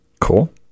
Cool